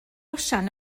osian